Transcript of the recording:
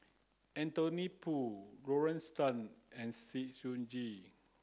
Anthony Poon Lorna Tan and Sng Choon Yee